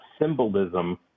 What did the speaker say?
symbolism